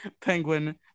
Penguin